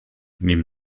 neben